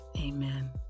Amen